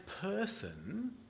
person